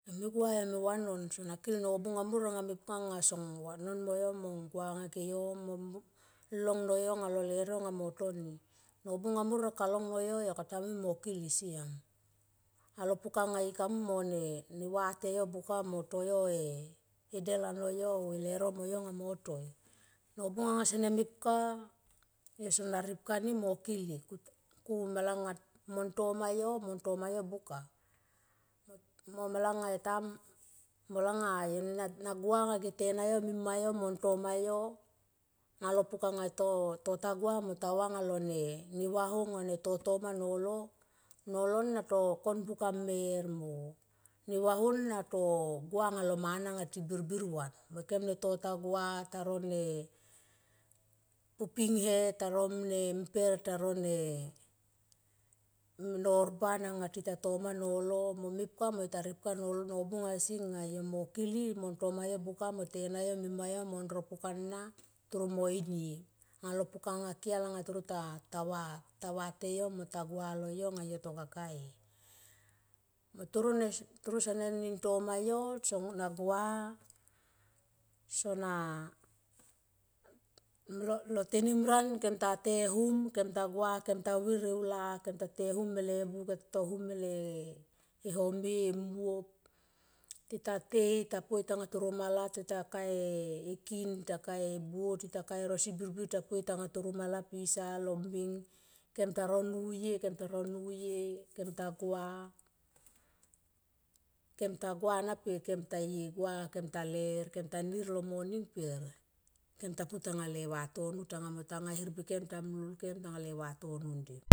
Yo me gua yo me vanon sona kil nobung amor anga mepka anga son vanon mo yo mong gua anga ge yo mo long no yo anga lo leuno anga mon toni. Nobung amor kalong no yo, yo kata mui mo kili siam alo pukanga ika mui mo ne vate yo buka mo toyo e del ano oh e leuno amo mo toi. Nobung anga sene mepka yo sona repka nimo kili ku malanga mon toma yo buka mo malanga, malnaga yo na gua anga ge tena yo mo mima yo mon toma yo anga lo pukanga to ta gua mo ta va lo ne vaho nga ne totoma nolo na to kon buka mer mo ne vaho na to gua anga lo mana tibirbir van mo ikem tota gua ta no ne pupinge ta no mper taro ne non ban anga tita toma nolo mo mepka mo yo ta repka nobung asi nga yo mo kili mon toma yo buka mon tena yo mo mima yo mon no pukana taro mo inie anga lo puka nga kiel anga toro tava te yo mo ta. Gua lo yo nga yo to kaka e mon sene nin toma yo na nga sona, io tenim nan kem ta te hum kem ta vir e ula kem ta te hum mele buo, kem ta e kem ta to e hum molo e home emuop, te ta tei tita poi tanga toro mala tita ka e kin tita kai e buo tita kae rosi birbir ta poi tanga toro mala pisa iom beng kem no nuye kem ta gua, na per kem ta ler kemta nir lo moning per kemta putanga le vatono tanga mo tanga hermbi kem ta mloi kem tanga le vatono ndim.